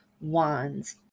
wands